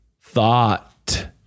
thought